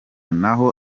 naho